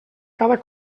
cada